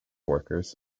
workers